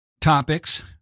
topics